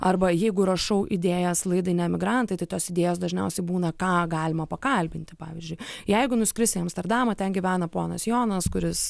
arba jeigu rašau idėjas laidai neemigrantai tai tos idėjos dažniausiai būna ką galima pakalbinti pavyzdžiui jeigu nuskrisi į amsterdamą ten gyvena ponas jonas kuris